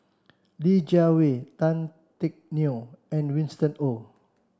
Li Jiawei Tan Teck Neo and Winston Oh